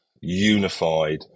unified